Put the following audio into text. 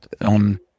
on